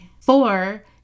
Four